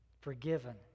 forgiven